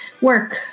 work